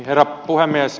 herra puhemies